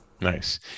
Nice